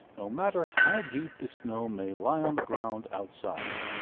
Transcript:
no matter how deep the snow may lie on the ground outside.